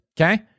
okay